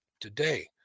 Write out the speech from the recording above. today